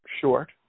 short